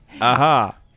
Aha